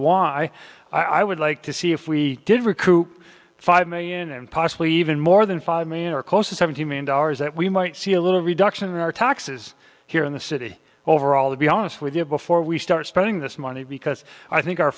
want i i would like to see if we did recoup five million and possibly even more than five million or close to seventy million dollars that we might see a little reduction in our taxes here in the city overall to be honest with you before we start spending this money because i think our